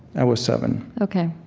i was seven ok,